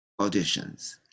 auditions